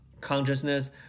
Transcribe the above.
consciousness